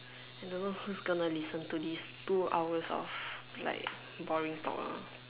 I don't know who's gonna listen to this two hours of like boring talk ah